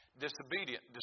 disobedient